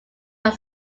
are